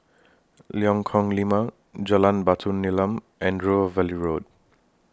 Lengkong Lima Jalan Batu Nilam and River Valley Road